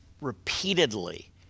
repeatedly